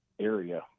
area